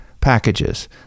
packages